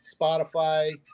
Spotify